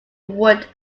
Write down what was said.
wood